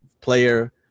player